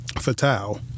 Fatal